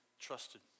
trusted